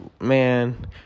Man